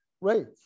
Right